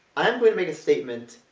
i am going to make a statement,